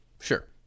Sure